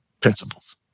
principles